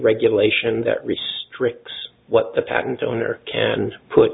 regulation that restricts what the patent owner can put